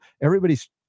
everybody's